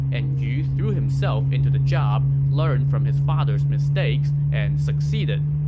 and yu threw himself into the job, learned from his father's mistake, so and succeeded.